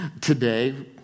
today